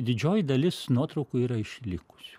didžioji dalis nuotraukų yra išlikusių